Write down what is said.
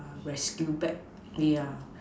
rescue back yeah